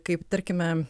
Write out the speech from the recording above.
kaip tarkime